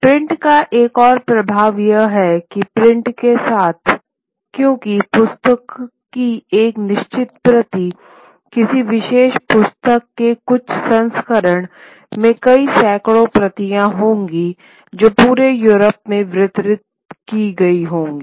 print का एक और प्रभाव यह है कि प्रिंट के साथ क्योंकि पुस्तक की एक निश्चित प्रति किसी विशेष पुस्तक के कुछ संस्करण में कई सैकड़ों प्रतियाँ होंगी जो पूरे यूरोप में वितरित की गई होंगी